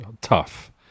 tough